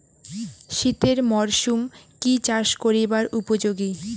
শীতের মরসুম কি চাষ করিবার উপযোগী?